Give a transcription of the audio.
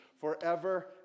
forever